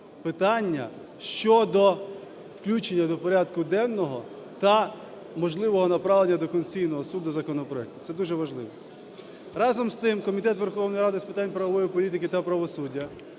питання щодо включення до порядку денного та можливого направлення до Конституційного Суду законопроекту, це дуже важливо. Разом з тим, Комітет Верховної Ради з питань правової політики та правосуддя,